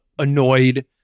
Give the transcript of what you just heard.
annoyed